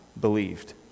believed